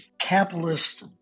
capitalist